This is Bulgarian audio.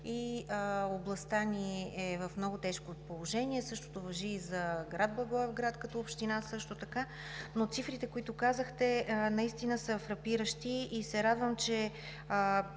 и областта ни е в много тежко положение, същото важи и за град Благоевград като община, но цифрите, които казахте, наистина са фрапиращи. Радвам се,